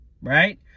right